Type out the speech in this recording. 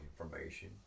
information